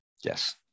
Yes